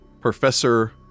Professor